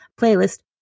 Playlist